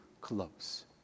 close